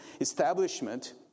establishment